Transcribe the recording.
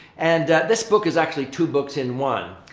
and this book is actually two books in one.